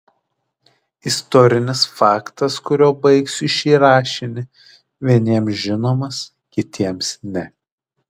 istorinis faktas kuriuo baigsiu šį rašinį vieniems žinomas kitiems ne